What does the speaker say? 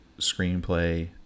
screenplay